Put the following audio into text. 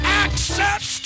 access